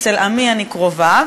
אצל עמי אני קרובה,